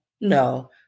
No